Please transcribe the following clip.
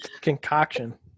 concoction